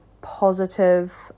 positive